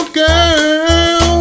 girl